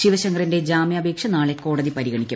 ശിവശങ്കറിന്റെ ജാമ്യാപേക്ഷ നാളെ കോടതി പരിഗണിക്കും